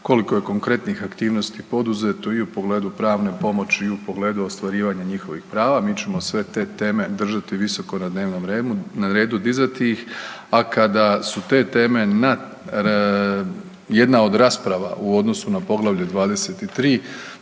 koliko je konkretnih aktivnosti poduzeto i u pogledu pravne pomoći i u pogledu ostvarivanja njihovih prava. Mi ćemo sve te teme držati visoko na dnevnom redu, dizati ih, a kada su te teme na, jedna od rasprava u odnosu na Poglavlje 23.